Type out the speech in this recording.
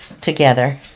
together